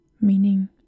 meaning